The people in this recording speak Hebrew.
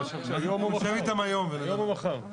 היום או מחר.